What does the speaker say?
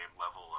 level